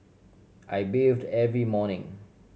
I bathe the every morning